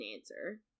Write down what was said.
answer